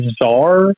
bizarre